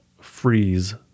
freeze